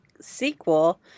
sequel